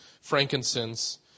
frankincense